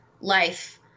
life